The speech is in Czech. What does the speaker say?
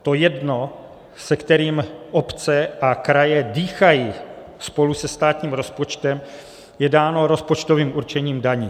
To jedno, se kterým obce a kraje dýchají spolu se státním rozpočtem, je dáno rozpočtovým určením daní.